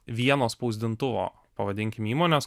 vieno spausdintuvo pavadinkim įmones